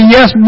Yes